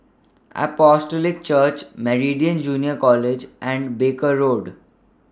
Apostolic Church Meridian Junior College and Barker Road